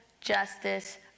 justice